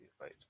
right